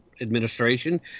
administration